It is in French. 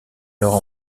alors